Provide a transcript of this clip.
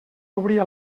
obria